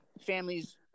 families